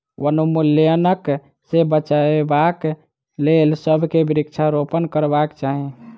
वनोन्मूलनक सॅ बचाबक लेल सभ के वृक्षारोपण करबाक चाही